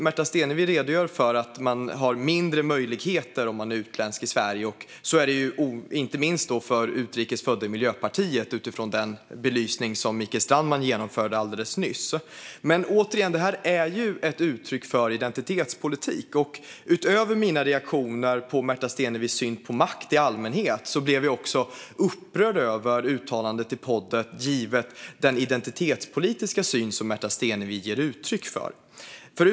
Märta Stenevi redogör för att man har sämre möjligheter om man är utländsk i Sverige, och med tanke på Mikael Strandmans belysning alldeles nyss är det inte minst så för utrikesfödda i Miljöpartiet. Återigen är detta ett uttryck för identitetspolitik. Utöver mina reaktioner på Märta Stenevis syn på makt i allmänhet blev jag också upprörd över den identitetspolitiska syn som Märta Stenevi gav uttryck för i sitt uttalande i podden.